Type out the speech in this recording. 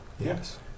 Yes